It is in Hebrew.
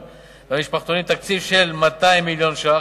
והמשפחתונים תקציב של כ-200 מיליון ש"ח.